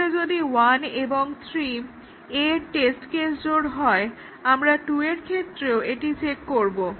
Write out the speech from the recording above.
তাহলে যদি 1 এবং 3 A এর টেস্ট কেস জোড় হয় আমরা 2 এর ক্ষেত্রেও এটি চেক করব